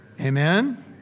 Amen